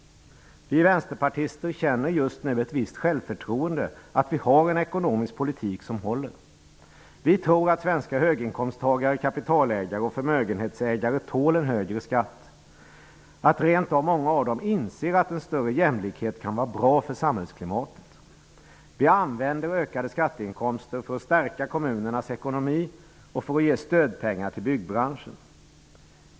Vi vänsterpartister känner just nu ett visst självförtroende att vi har en ekonomisk politik som håller. Vi tror att svenska höginkomsttagare, kapitalägare och förmögenhetsägare tål en högre skatt och rent av att många av dem inser att en större jämlikhet kan vara bra för samhällsklimatet. Vi använder ökade skatteinkomster för att stärka kommunernas ekonomi och för att ge stödpengar till byggbranschen.